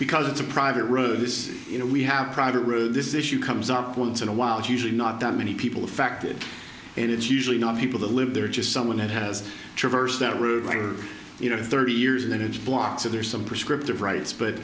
because it's a private road this you know we have a private road this issue comes up once in a while is usually not that many people affected and it's usually not people that live there or just someone that has traversed that route you know thirty years in the engine block so there's some prescriptive rights but